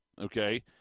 Okay